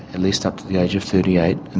at least up to the age of thirty eight, and